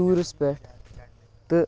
ٹوٗرَس پٮ۪ٹھ تہٕ